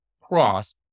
cross